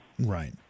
Right